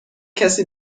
کسی